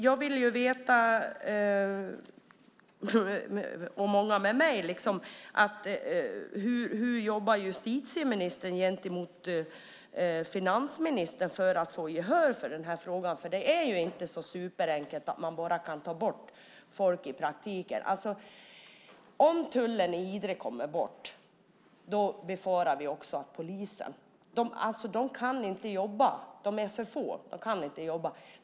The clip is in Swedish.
Jag och många med mig vill veta hur justitieministern jobbar gentemot finansministern för att få gehör för den här frågan, för det är ju inte så superenkelt att man i praktiken bara kan ta bort folk. Om tullen i Idre försvinner kan inte polisen jobba. De är för få.